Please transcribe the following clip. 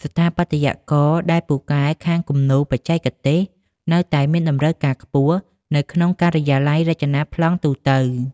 ស្ថាបត្យករដែលពូកែខាងគំនូរបច្ចេកទេស នៅតែមានតម្រូវការខ្ពស់នៅក្នុងការិយាល័យរចនាប្លង់ទូទៅ។